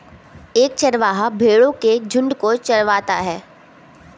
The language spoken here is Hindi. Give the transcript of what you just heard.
एक चरवाहा भेड़ो के झुंड को चरवाता है